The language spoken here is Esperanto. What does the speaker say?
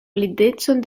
blindecon